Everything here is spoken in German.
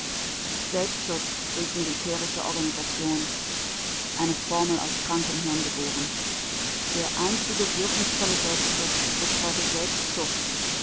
selbstschutz durch militärische organisation eine formel aus krankem hirn geboren der einzige wirkungsvolle selbstschutz ist heute selbstzucht